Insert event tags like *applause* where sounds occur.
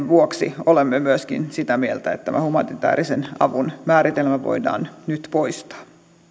*unintelligible* vuoksi olemme myöskin sitä mieltä että tämä humanitäärisen avun määritelmä voidaan nyt poistaa